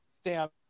stamp